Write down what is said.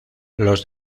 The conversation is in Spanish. los